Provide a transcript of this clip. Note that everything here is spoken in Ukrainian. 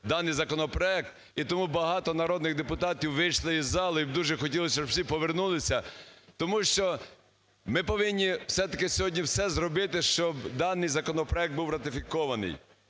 даний законопроект, і тому багато народних депутатів вийшли із залу, і дуже хотілось би, щоб всі повернулися, тому що ми повинні сьогодні все-таки все зробити, щоб даний законопроект був ратифікований.